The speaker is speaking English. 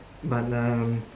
but um